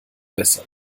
besser